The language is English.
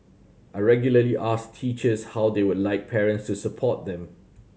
I regularly ask teachers how they would like parents to support them